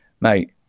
mate